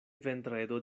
vendredo